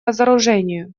разоружению